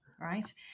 right